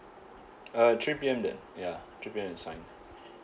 uh three P_M then ya three P_M is fine